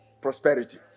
prosperity